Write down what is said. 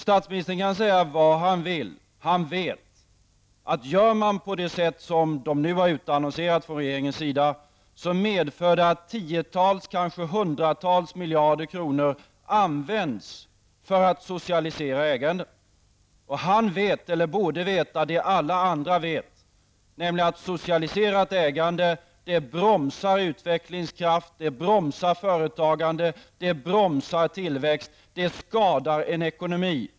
Statsministern kan säga vad han vill, han vet att gör man på det sätt som nu har utannonserats från regeringens sida, så medför detta att tiotals, kanske hundratals, miljarder kronor används för att socialisera ägandet. Statsministern vet eller borde veta det alla andra vet, nämligen att socaliserat ägande bromsar utvecklingskraft, det bromsar företagande och det bromsar tillväxt, det skadar ekonomin.